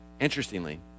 Interestingly